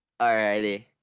Alrighty